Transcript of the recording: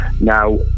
Now